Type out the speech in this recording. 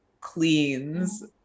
cleans